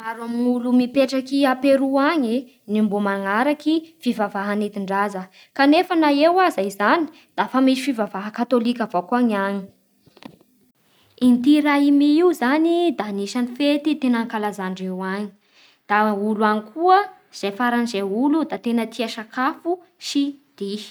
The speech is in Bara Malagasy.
Maro amin'ny olo mipetraky a Peroa any e, ny mbo manaraky fivavaha nentin-draza, kanefa na eo ary izay da fa misy fivavaha katôloka avao koa ny any Inti raymi io zany da anisan'ny fety tena ankalazandreo any Da ny olo any koa ze farany ze olo da tena tia sakafo sy dihy